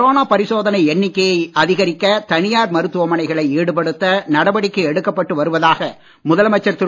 corona பரிசோதனை எண்ணிக்கையை அதகரிக்க தனியார் மருத்துமனைகளை ஈடுபடுத்த நடவடிக்கை எடுக்கப்பட்டு வருவதாக முதலமைச்சர் திரு